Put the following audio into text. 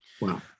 Wow